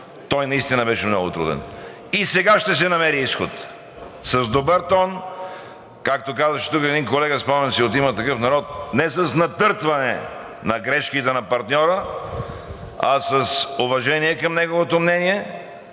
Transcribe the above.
той наистина беше много труден. И сега ще се намери изход с добър тон. Както казваше тук един колега – спомням си – от „Има такъв народ“, не с „натъртване“ на грешките на партньора, а с уважение към неговото мнение.